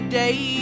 day